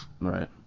right